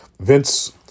Vince